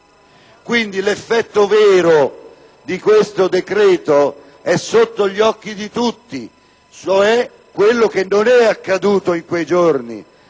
Quindi, l'effetto vero di questo decreto è sotto gli occhi di tutti, cioè quello che non è accaduto in quei giorni.